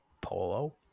polo